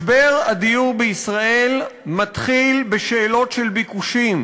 משבר הדיור בישראל מתחיל בשאלות של ביקושים,